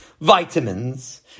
vitamins